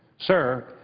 sir,